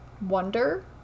wonder